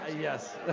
Yes